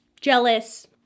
jealous